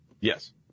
Yes